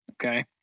Okay